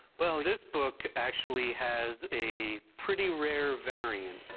well, this book actually has a pretty rare variant.